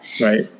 Right